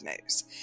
news